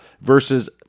versus